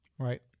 Right